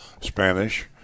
Spanish